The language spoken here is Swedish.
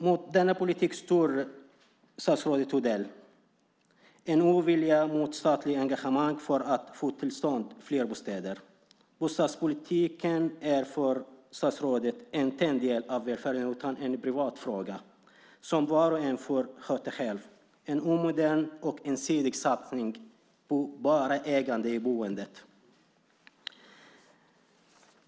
Mot denna politik står statsrådet Odell med en ovilja beträffande statliga engagemang för att få till stånd fler bostäder. Bostadspolitiken är för statsrådet inte en del av välfärden utan en privat fråga som var och en själv får sköta. Det är en omodern och ensidig satsning på bara ägande i boendet.